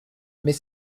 mais